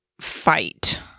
fight